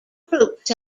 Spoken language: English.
groups